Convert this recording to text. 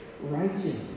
righteous